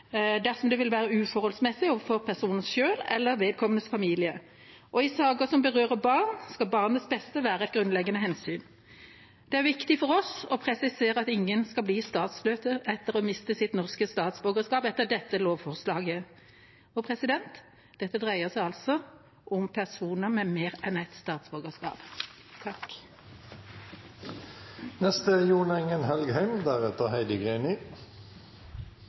dersom det vil være uforholdsmessig overfor personen selv eller vedkommendes familie. I saker som berører barn, skal barnets beste være et grunnleggende hensyn. Det er viktig for oss å presisere at ingen skal bli statsløse etter å ha mistet sitt norske statsborgerskap etter dette lovforslaget. Dette dreier seg altså om personer med mer enn ett statsborgerskap.